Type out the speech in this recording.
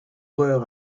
vreur